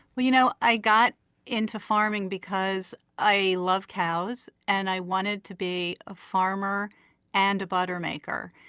but you know i got into farming because i love cows and i wanted to be a farmer and a butter maker.